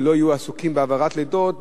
והם לא יהיו עסוקים בהעברת יולדות.